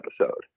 episode